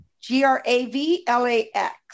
G-R-A-V-L-A-X